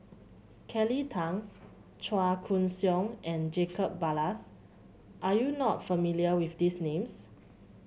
Kelly Tang Chua Koon Siong and Jacob Ballas are you not familiar with these names